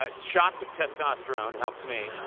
ah shots of testosterone helped me.